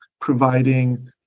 providing